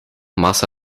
maß